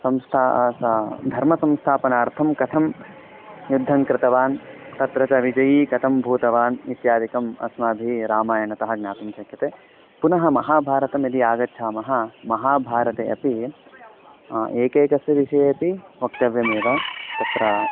संस्था धर्मसंस्थापनार्थं कथं युद्धं कृतवान् तत्र च विजयी कथं भूतवान् इत्यादिकम् अस्माभिः रामायणतः ज्ञातुं शक्यते पुनः महाभारतम् यदि आगच्छामः महाभारते अपि एकैकस्य विषये अपि वक्तव्यमेव तत्र